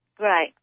Right